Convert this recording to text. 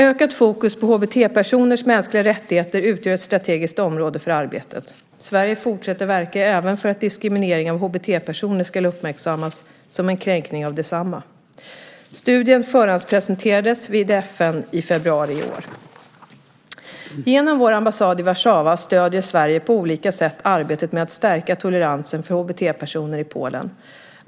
Ökat fokus på HBT-personers mänskliga rättigheter utgör ett strategiskt område för arbetet. Sverige fortsätter att verka även för att diskriminering av HBT-personer ska uppmärksammas som en kränkning av desamma. Studien förhandspresenterades vid FN i februari i år. Genom vår ambassad i Warszawa stöder Sverige på olika sätt arbetet med att stärka toleransen för HBT-personer i Polen.